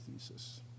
thesis